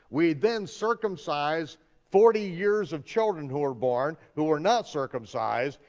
we then circumcise forty years of children who were born who were not circumcised,